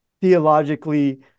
theologically